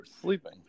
sleeping